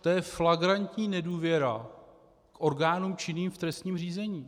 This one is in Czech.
To je flagrantní nedůvěra k orgánům činným v trestním řízení.